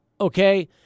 okay